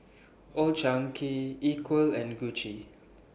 Old Chang Kee Equal and Gucci